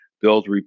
build